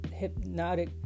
hypnotic